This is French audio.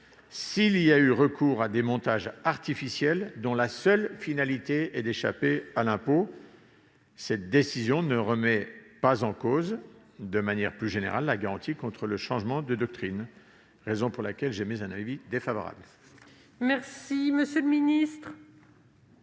s'il a eu recours à des montages artificiels à seule fin d'échapper à l'impôt. Cette décision ne remet pas en cause de manière générale la garantie contre le changement de doctrine. C'est la raison pour laquelle j'émets un avis défavorable.